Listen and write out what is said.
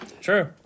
True